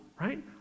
Right